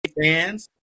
fans